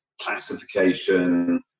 classification